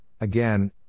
again